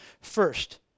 first